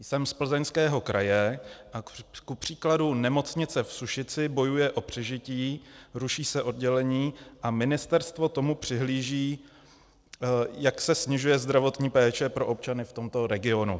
Jsem z Plzeňského kraje a kupříkladu nemocnice v Sušici bojuje o přežití, ruší se oddělení a ministerstvo tomu přihlíží, jak se snižuje zdravotní péče pro občany v tomto regionu.